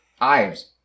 Ives